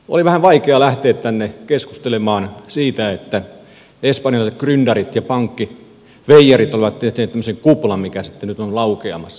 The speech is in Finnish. oli vähän vaikea lähteä tänne keskustelemaan siitä että espanjalaiset grynderit ja pankkiveijarit ovat tehneet tämmöisen kuplan mikä sitten nyt on laukeamassa